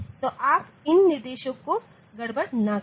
तो आप इन निर्देशों का गड़बड़ ना कर दे